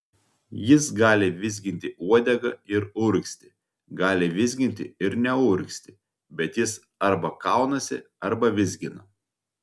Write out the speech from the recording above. jis gali vizginti uodegą ir urgzti gali vizginti ir neurgzti bet jis arba kaunasi arba vizgina